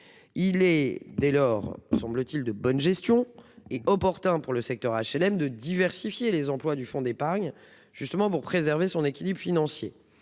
il est à la fois de bonne gestion et opportun pour le secteur HLM de diversifier les emplois du fonds d'épargne, précisément pour préserver son équilibre financier.